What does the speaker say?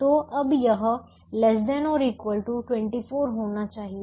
तो अब यह ≤ 24 होना चाहिए